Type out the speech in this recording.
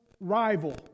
rival